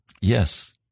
Yes